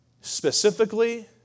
specifically